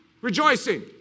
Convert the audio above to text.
Rejoicing